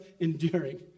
enduring